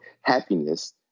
Happiness